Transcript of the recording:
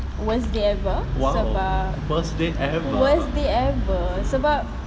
worst day ever sebab worst day ever sebab